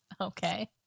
Okay